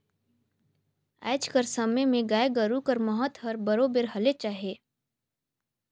आएज कर समे में गाय गरू कर महत हर बरोबेर हलेच अहे